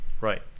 right